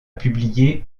publié